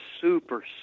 super